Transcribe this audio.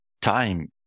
time